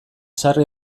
sarri